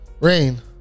Rain